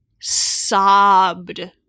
sobbed